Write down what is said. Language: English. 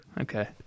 Okay